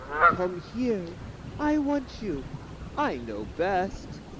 come here i want you i know best.